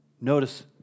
Notice